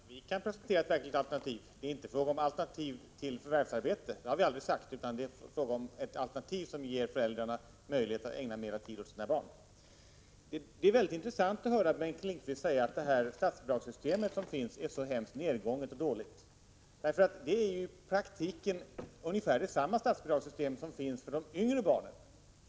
Herr talman! Vi kan presentera ett verkligt alternativ. Det är inte fråga om alternativ som fullt ut kompenserar ett förvärvsarbete — det har vi aldrig sagt — men det är ett alternativ som ger föräldrarna möjlighet att ägna mer tid åt sina barn. Det är intressant att höra Bengt Lindqvist säga att det statsbidragssystem som finns är så nedgånget och dåligt. Det är i praktiken ungefär samma statsbidragssystem som finns för de yngre barnen.